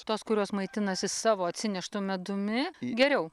tos kurios maitinasi savo atsineštu medumi geriau